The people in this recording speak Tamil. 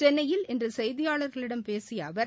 சென்னையில் இன்று செய்தியாளர்களிடம் பேசிய அவர்